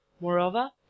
moreover